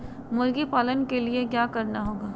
मुर्गी पालन के लिए क्या करना होगा?